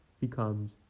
becomes